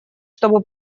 чтобы